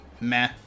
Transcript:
Meh